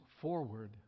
forward